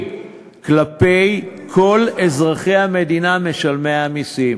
כלפי כל אזרחי המדינה משלמי המסים.